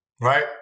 right